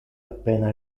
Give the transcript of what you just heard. appena